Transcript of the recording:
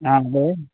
అదే